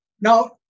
Now